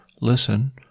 listen